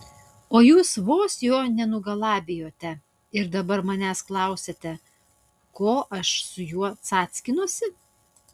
o jūs vos jo nenugalabijote ir dabar manęs klausiate ko aš su juo cackinuosi